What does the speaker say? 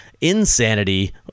insanity